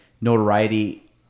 notoriety